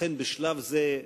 לכן בשלב זה,